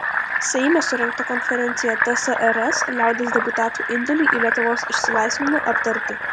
seime surengta konferencija tsrs liaudies deputatų indėliui į lietuvos išsilaisvinimą aptarti